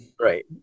right